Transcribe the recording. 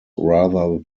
rather